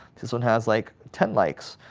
this one has like ten likes.